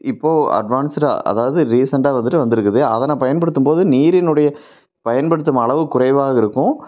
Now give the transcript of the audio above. இப்போது அட்வான்ஸ்டாக அதாவது ரீசென்டாக வந்துவிட்டு வந்திருக்குது அதனை பயன்படுத்தும்போது நீரினுடைய பயன்படுத்தும் அளவு குறைவாக இருக்கும்